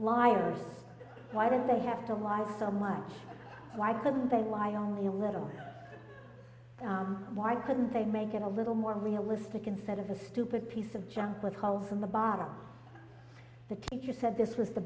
lying why did they have to lie so much why couldn't they lie only a little why couldn't they make it a little more realistic instead of a stupid piece of junk with holes in the bottom the teacher said this was the